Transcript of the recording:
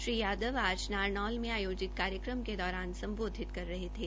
श्रीयादव आज नारनौल में आयोजित कार्यक्रम के दौरान सम्बोधन कर रहे थे